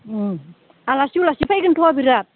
आलासि उलासि फैगोनथ' बिरात